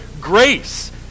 grace